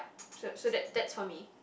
so so that that's for me